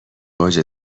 اوج